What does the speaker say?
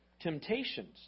temptations